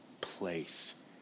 place